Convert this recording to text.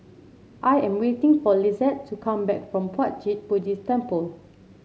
I am waiting for Lisette to come back from Puat Jit Buddhist Temple